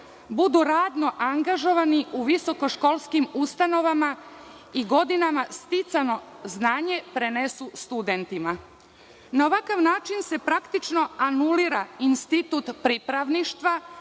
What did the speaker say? budu radno angažovani u visokoškolskim ustanovama i godinama sticanjem znanjem prenesu studentima. Na ovakav način se praktično anulira institutu pripravništva